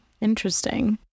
interesting